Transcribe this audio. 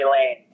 lane